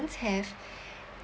have